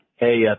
Hey